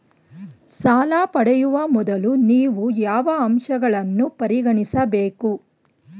ಸಾಲ ಪಡೆಯುವ ಮೊದಲು ನೀವು ಯಾವ ಅಂಶಗಳನ್ನು ಪರಿಗಣಿಸಬೇಕು?